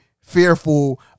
fearful